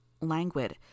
languid